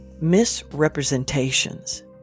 misrepresentations